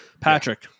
Patrick